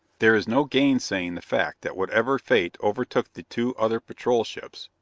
there is no gainsaying the fact that whatever fate overtook the two other patrol ships,